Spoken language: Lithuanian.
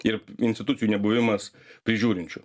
ir institucijų nebuvimas prižiūrinčių